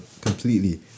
Completely